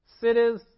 cities